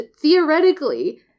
theoretically